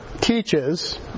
teaches